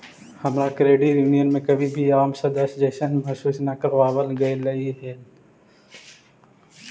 हमरा credit union में कभी भी आम सदस्य जइसन महसूस न कराबल गेलई हल